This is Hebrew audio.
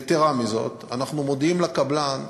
יתרה מזאת, אנחנו מודיעים לקבלן: